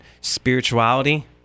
spirituality